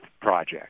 Project